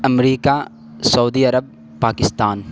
امریکہ سعودی عرب پاکستان